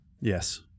Yes